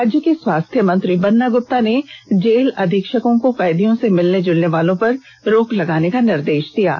राज्य के स्वास्थ्य मंत्री बन्ना गुप्ता ने जेल अधीक्षकों को कैदियों से मिलने जुलने वालों पर रोक लगाने का निर्देष दिया है